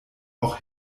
auch